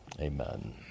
Amen